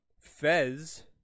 Fez